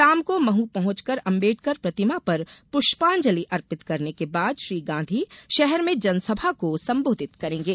शाम को महू पहुंचकर अंबेडकर प्रतिमा पर पुष्पांजलि अर्पित करने के बाद श्री गांधी शहर में जनसभा को संबोधित करेंगे